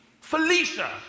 Felicia